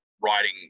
writing